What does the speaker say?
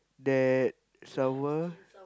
that someone